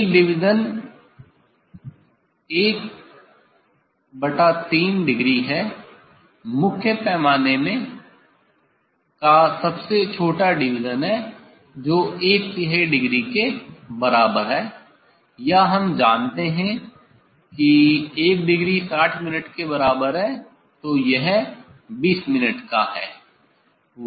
एक division 13 degree है मुख्य पैमाने में का सबसे छोटा डिविजन है जो एक तिहाई डिग्री के बराबर है या हम जानते हैं 1 डिग्री 60 मिनट के बराबर है तो यह 20 मिनट का है